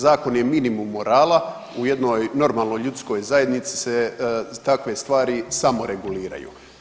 Zakon je minimum morala, u jednoj normalnoj ljudskoj zajednici se takve stvari samoreguliraju.